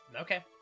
Okay